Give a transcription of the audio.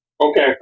Okay